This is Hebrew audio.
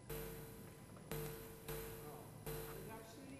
גם שלי,